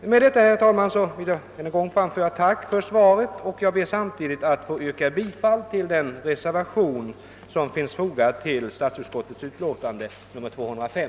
vill jag, herr talman, ännu en gång framföra ett tack för svaret och ber samtidigt att få yrka bifall till den reservation som fogats till statsutskottets utlåtande nr 205.